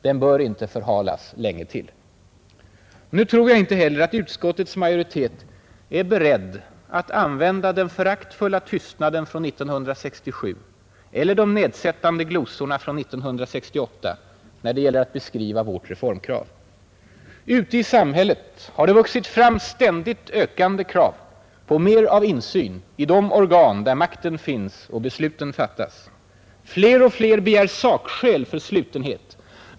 Den bör inte förhalas länge till. Nu tror jag inte heller att utskottets majoritet är beredd att använda den föraktfulla tystnaden från 1967 eller de nedsättande glosorna från 1968 när det gäller att beskriva vårt reformkrav. Ute i samhället har det vuxit fram ständigt ökande krav på mer av insyn i de organ där makten finns och besluten fattas. Fler och fler begär sakskäl för slutenhet.